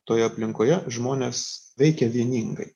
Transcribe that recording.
toje aplinkoje žmonės veikia vieningai